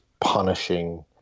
punishing